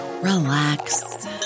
relax